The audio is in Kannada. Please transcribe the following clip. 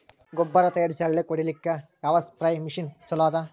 ಗೊಬ್ಬರ ತಯಾರಿಸಿ ಹೊಳ್ಳಕ ಹೊಡೇಲ್ಲಿಕ ಯಾವ ಸ್ಪ್ರಯ್ ಮಷಿನ್ ಚಲೋ ಅದ?